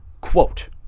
quote